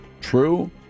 True